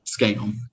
scam